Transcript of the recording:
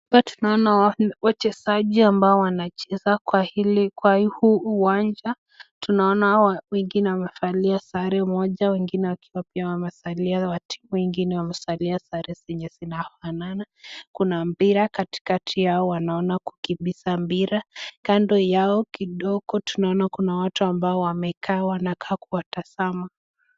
Hapa tunaona wachezaji ambao wanacheza kwa hili kwa huu uwanja. Tunaona hawa wengine wamevaa sare moja, wengine wakiwa pia wamesalia wa timu ingine wamesalia sare zenye zinafanana. Kuna mpira katikati yao wanaona kukimbiza mpira. Kando yao kidogo tunaona kuna watu ambao wamekaa wanakaa kuwatazama.